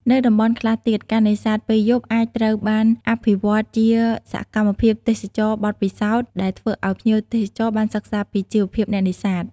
នៅតំបន់ខ្លះទៀត ការនេសាទពេលយប់អាចត្រូវបានអភិវឌ្ឍជាសកម្មភាពទេសចរណ៍បទពិសោធន៍ ដែលធ្វើឱ្យភ្ញៀវទេសចរណ៍បានសិក្សាពីជីវភាពអ្នកនេសាទ។